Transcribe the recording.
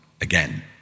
again